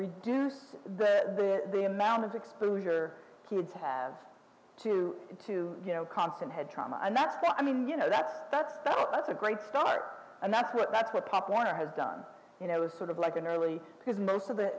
reduce the amount of exposure kids have to to you know constant head trauma and that's i mean you know that's that's that's a great start and that's what that's what pop warner has done you know sort of like an early because most of the